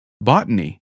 botany